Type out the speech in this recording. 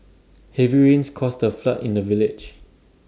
heavy rains caused A flood in the village